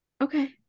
Okay